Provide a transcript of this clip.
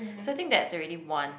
so think that's already one